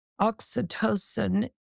oxytocin